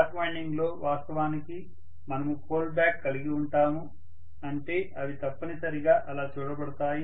lap winding లో వాస్తవానికి మనము ఫోల్డ్ బ్యాక్ కలిగి ఉంటాము అంటే అవి తప్పనిసరిగా అలా చూడబడతాయి